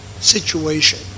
situation